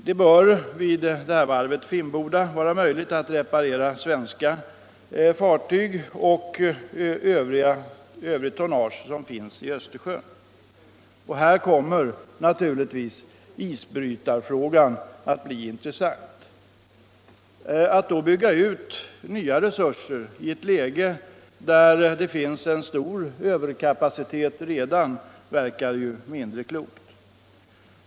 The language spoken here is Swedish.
Det bör vara möjligt att vid Finnboda reparera svenska fartyg och övrigt tonnage som finns i Östersjön. Här kommer naturligtvis isbrytarfrågan att bli intressant. Att då bygga ut nya resurser i ett läge där det redan finns en stor överkapacitet verkar ju mindre klokt.